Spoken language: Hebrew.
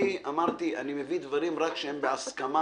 אמרתי אני מביא דברים רק שהם בהסכמה,